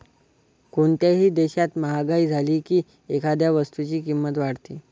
कोणत्याही देशात महागाई झाली की एखाद्या वस्तूची किंमत वाढते